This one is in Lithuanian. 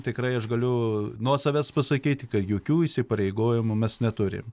tikrai aš galiu nuo savęs pasakyti kad jokių įsipareigojimų mes neturim